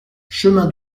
chemin